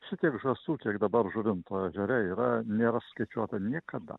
šitiek žąsų kiek dabar žuvinto ežere yra nėra skaičiuota niekada